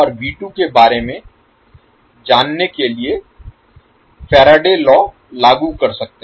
आप और के बारे में जानने के लिए फैराडे लॉ लागू कर सकते हैं